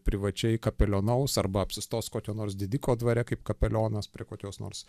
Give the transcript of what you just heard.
privačiai kapelionaus arba apsistos kokio nors didiko dvare kaip kapelionas prie kokios nors